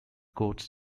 quotes